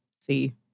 see